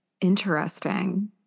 Interesting